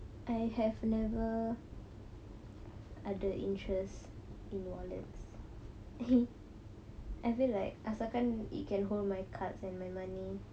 I have never ada interest in wallets I feel like asalkan it can hold my cards and my money